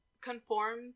conform